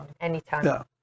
Anytime